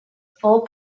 full